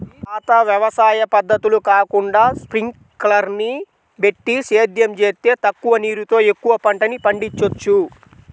పాత వ్యవసాయ పద్ధతులు కాకుండా స్పింకర్లని బెట్టి సేద్యం జేత్తే తక్కువ నీరుతో ఎక్కువ పంటని పండిచ్చొచ్చు